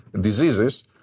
diseases